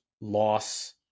loss